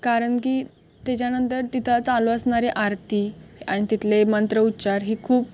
कारण की तिच्यानंतर तिथं चालू असणारे आरती आणि तिथले मंत्रोच्चार हे खूप